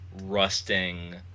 rusting